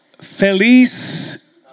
Feliz